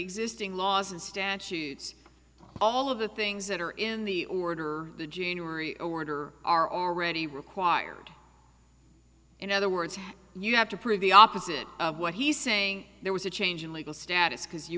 existing laws and statutes all of the things that are in the order the junior order are already required in other words you have to prove the opposite of what he's saying there was a change in legal status because you